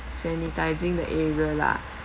sanitizing the area lah